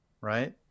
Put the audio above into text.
right